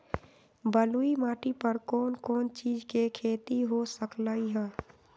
बलुई माटी पर कोन कोन चीज के खेती हो सकलई ह?